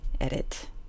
edit